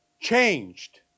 changed